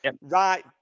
right